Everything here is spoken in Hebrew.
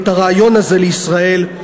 את הרעיון הזה לישראל.